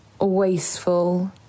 wasteful